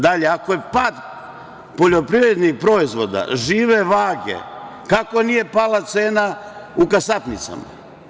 Dalje, ako je pad poljoprivrednih proizvoda žive vage, kako nije pala cena u kasapnicama?